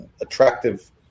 attractive